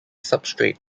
substrate